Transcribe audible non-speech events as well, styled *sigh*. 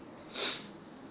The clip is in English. *noise*